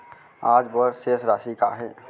आज बर शेष राशि का हे?